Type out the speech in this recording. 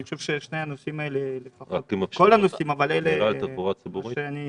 אני רואה בשני הנושאים האלה פתרון לטווח הקצר.